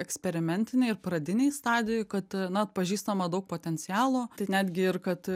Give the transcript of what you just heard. eksperimentinėj ir pradinėj stadijoj kad na atpažįstama daug potencialo tai netgi ir kad